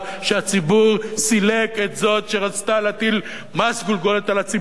הציבור סילק את זאת שרצתה להטיל מס גולגולת על הציבור,